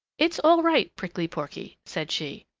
it's all right, prickly porky, said she.